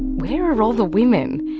where are all the women?